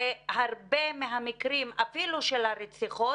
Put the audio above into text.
והרבה מהמקרים אפילו של הרציחות,